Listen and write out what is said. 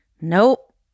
nope